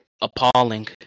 appalling